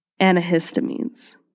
antihistamines